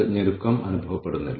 ഞാൻ അതിലേക്ക് കടക്കുന്നില്ല